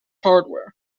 hardware